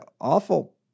awful